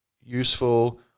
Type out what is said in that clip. useful